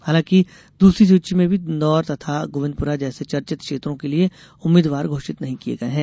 हालांकि दूसरी सूची में भी इंदौर तथा गोविन्दपुरा जैसे चर्चित क्षेत्रों के लिये उम्मीदवार घोषित नहीं किये गये हैं